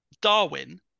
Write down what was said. Darwin